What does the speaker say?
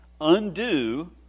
undo